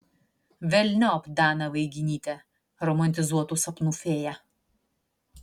velniop daną vaiginytę romantizuotų sapnų fėją